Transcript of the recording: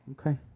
Okay